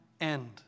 end